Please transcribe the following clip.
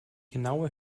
genaue